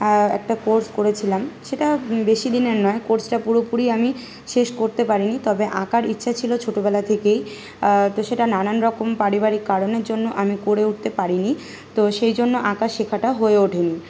একটা কোর্স করেছিলাম সেটা বেশিদিনের নয় কোর্সটা পুরোপুরি আমি শেষ করতে পারিনি তবে আঁকার ইচ্ছা ছিল ছোটবেলা থেকেই তো সেটা নানান রকম পারিবারিক কারণের জন্য আমি করে উঠতে পারিনি তো সেই জন্য আঁকা শেখাটা হয়ে ওঠেনি